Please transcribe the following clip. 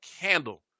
candle